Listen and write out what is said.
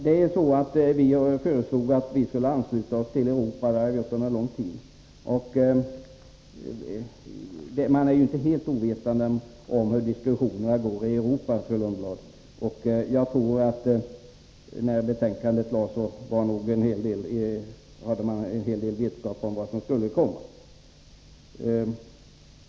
Vi har länge föreslagit att Sverige skulle ansluta sig till utvecklingen i den västeuropeiska gemenskapen, och vi är ju inte helt ovetande om hur diskussionerna går i andra europeiska länder, Grethe Lundblad. När betänkandet lades fram visste man nog en hel del om vad som skulle komma.